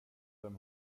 vem